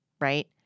right